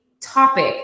topic